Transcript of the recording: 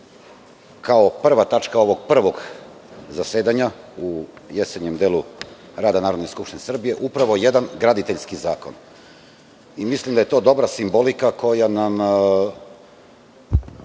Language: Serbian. kao prva tačka ovog Prvog zasedanja u jesenjem delu rada Narodne skupštine Srbije upravo jedan graditeljski zakon. Mislim da je to dobra simbolika s kojom